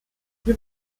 hier